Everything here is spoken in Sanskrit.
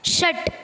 षट्